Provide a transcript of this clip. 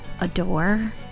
adore